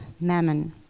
mammon